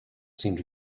seemed